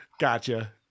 Gotcha